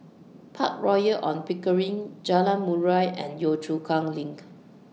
Park Royal on Pickering Jalan Murai and Yio Chu Kang LINK